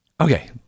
okay